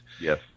Yes